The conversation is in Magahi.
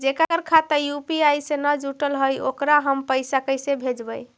जेकर खाता यु.पी.आई से न जुटल हइ ओकरा हम पैसा कैसे भेजबइ?